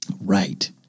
Right